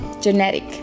genetic